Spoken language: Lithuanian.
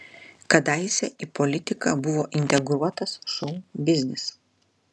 kadaise į politiką buvo integruotas šou biznis